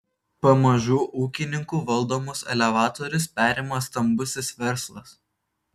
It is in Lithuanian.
pamažu ūkininkų valdomus elevatorius perima stambusis verslas